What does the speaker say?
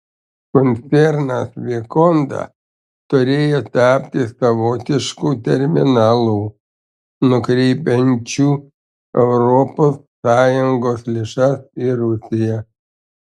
koncernas vikonda turėjo tapti savotišku terminalu nukreipiančiu europos sąjungos lėšas į rusiją